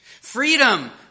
Freedom